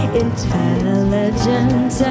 intelligent